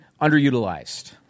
underutilized